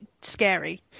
scary